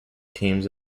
teams